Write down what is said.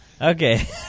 Okay